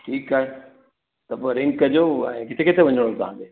ठीकु आहे त पोइ रिंग कजो ऐं किथे किथे वञिणो आहे तव्हांखे